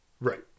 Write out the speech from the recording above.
Right